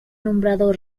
nombrado